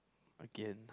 again